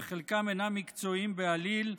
חלקם אינם מקצועיים בעליל,